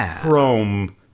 chrome